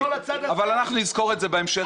אני לא לצד הזה --- אבל אנחנו נזכור את זה בהמשך,